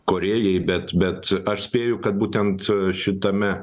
korėjai bet bet aš spėju kad būtent šitame